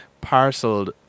parceled